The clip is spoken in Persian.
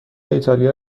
ایتالیا